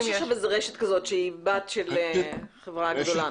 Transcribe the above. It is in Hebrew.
יש רשת שהיא בת של חברה גדולה.